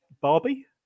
Barbie